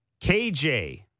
KJ